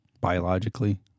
Biologically